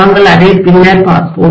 நாங்கள் அதை பின்னர் பார்ப்போம்